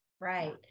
Right